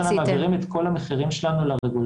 אנחנו בכל שנה מעבירים את כל המחירים שלנו לרגולטור.